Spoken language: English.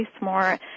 more